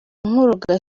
nkuroga